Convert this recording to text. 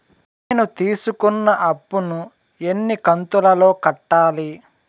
నేను తీసుకున్న అప్పు ను ఎన్ని కంతులలో కట్టాలి?